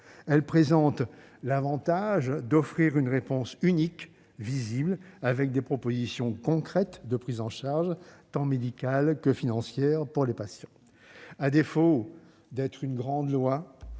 Elle présente l'avantage d'offrir une réponse unique et visible, avec des propositions concrètes de prise en charge tant médicales que financières pour les patients. À défaut de promettre une grande loi,